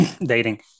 dating